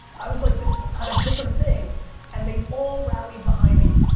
i was like this ah kind of different thing and they all rallied behind me.